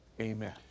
Amen